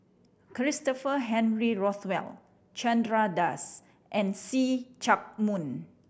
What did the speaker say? Christopher Henry Rothwell Chandra Das and See Chak Mun